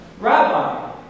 Rabbi